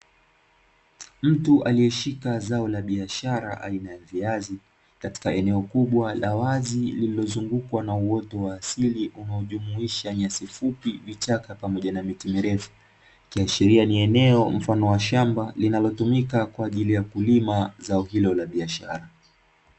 Mtu aliyeshika zao la biashara aina ya viazi katika eneo kubwa la wazi lililozungukwa na uoto wa asili unaojumuisha nyasi fupi, vichaka pamoja na miti mirefu ikiashiria ni eneo mfano wa shamba linalotumika kwa ajili ya kulima zao hilo la biashara.